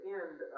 end